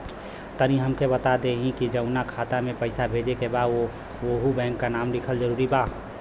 तनि हमके ई बता देही की जऊना खाता मे पैसा भेजे के बा ओहुँ बैंक के नाम लिखल जरूरी बा?